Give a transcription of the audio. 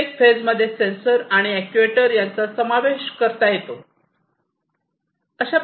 प्रत्येक फेजमध्ये सेन्सर आणि अॅक्ट्युएटर यांचा वापर करता येतो